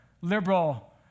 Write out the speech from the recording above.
liberal